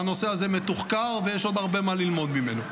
הנושא הזה מתוחקר, ויש עוד הרבה מה ללמוד ממנו.